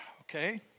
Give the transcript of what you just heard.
okay